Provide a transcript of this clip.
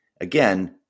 again